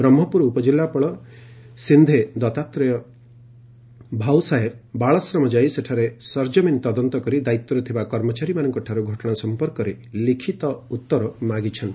ବ୍ରହ୍କପୁର ଉପ ଜିଲ୍ଲାପାଳ ସିନ୍ଧେ ଦଉାତ୍ରେୟ ଭାଉସାହେବ ବାଳାଶ୍ରମ ଯାଇ ସେଠାରେ ସରକମିନ ତଦନ୍ତ କରି ଦାୟିତ୍ୱରେ ଥିବା କର୍ମଚାରୀମାନଙ୍କ ଠାରୁ ଘଟଣା ସମ୍ପର୍କରେ ଲିଖିତ ଉତ୍ତର ମାଗିଛନ୍ତି